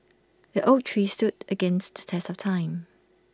the oak tree stood strong against the test of time